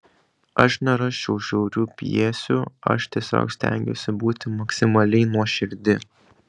aš nerašau žiaurių pjesių aš tiesiog stengiuosi būti maksimaliai nuoširdi